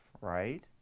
right